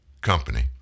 Company